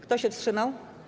Kto się wstrzymał?